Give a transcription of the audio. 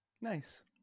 Nice